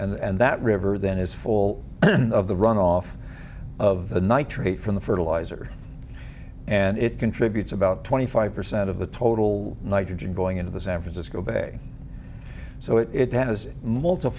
it's and that river then is full of the runoff of the nitrate from the fertilizer and it contributes about twenty five percent of the total nitrogen going into the san francisco bay so it has multiple